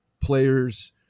players